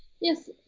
Yes